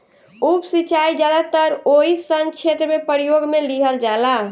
उप सिंचाई ज्यादातर ओइ सन क्षेत्र में प्रयोग में लिहल जाला